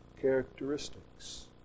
characteristics